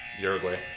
Uruguay